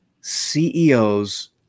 CEOs